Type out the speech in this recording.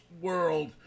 World